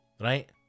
right